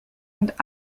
and